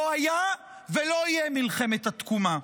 לא הייתה ולא תהיה מלחמת התקומה,